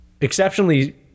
exceptionally